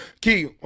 key